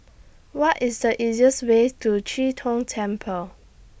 What IS The easiest Way to Chee Tong Temple